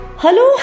Hello